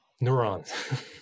neurons